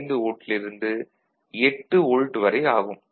5 volt ல் இருந்து 8 volt வரை ஆகும்